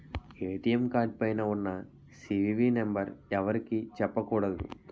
ATM card పైన ఉన్న CVV number ఎవరికీ చెప్పకూడదు